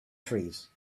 trees